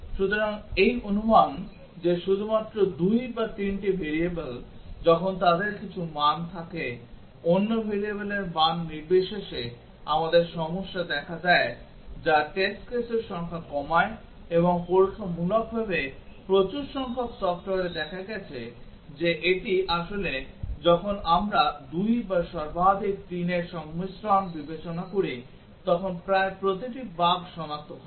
সুতরাং এই অনুমান যে শুধুমাত্র 2 বা 3 টি variable যখন তাদের কিছু মান থাকে অন্য variableর মান নির্বিশেষে আমাদের সমস্যা দেখা দেয় যা টেস্ট কেসের সংখ্যা কমায় এবং পরীক্ষামূলকভাবে প্রচুর সংখ্যক সফ্টওয়্যারে দেখা গেছে যে এটি আসলে যখন আমরা 2 বা সর্বাধিক 3 এর সংমিশ্রণ বিবেচনা করি তখন প্রায় প্রতিটি বাগ সনাক্ত হয়